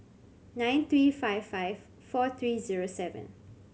nine three five five four three zero seven